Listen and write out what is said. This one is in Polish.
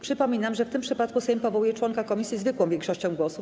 Przypominam, że w tym przypadku Sejm powołuje członka komisji zwykłą większością głosów.